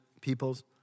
peoples